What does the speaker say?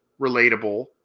relatable